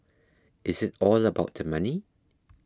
is it all about the money